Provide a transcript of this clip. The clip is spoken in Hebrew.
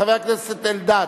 חבר הכנסת אלדד,